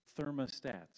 thermostats